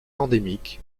endémique